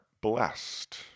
blessed